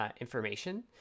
information